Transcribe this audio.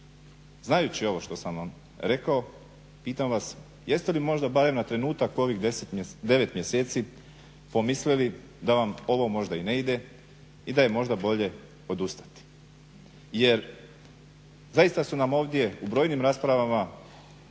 Znajući ovo što sam vam rekao, pitam vas jeste li možda barem na trenutak u ovih 9 mjeseci pomislili da vam ovo možda i ne ide i da je možda bolje odustati? Jer zaista su nam ovdje u brojnim raspravama